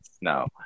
No